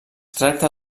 tracta